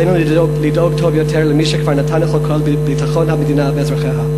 עלינו לדאוג טוב יותר למי שכבר נתן את הכול לביטחון המדינה ואזרחיה.